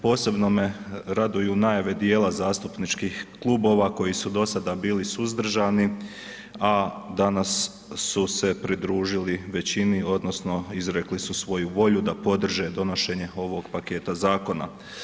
Posebno me raduju najave dijela zastupničkih klubova koji su do sada bili suzdržani, a danas su se pridružili većini odnosno izrekli su svoju volju da podrže donošenje ovog paketa zakona.